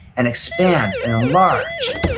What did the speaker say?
and expand and enlarge.